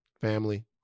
family